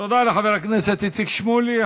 תודה לחבר הכנסת איציק שמולי.